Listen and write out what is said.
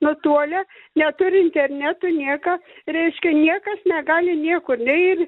matuoja neturi interneto niekas reiškia niekas negali niekur neiti